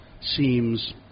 seems